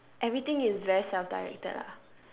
everything is very self directed ah